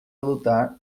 lutar